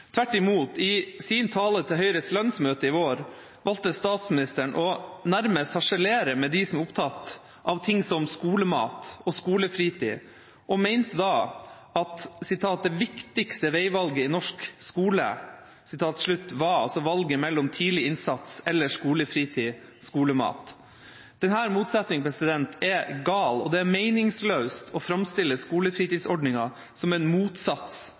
Tvert imot, i sin tale til Høyres landsmøte i vår valgte statsministeren nærmest å harselere med dem som er opptatt av ting som skolemat og skolefritid, og mente da at «det viktigste veivalget» i norsk skole var valget mellom tidlig innsats og skolefritid/skolemat. Denne motsetningen er gal, og det er meningsløst å framstille skolefritidsordningen som en motsats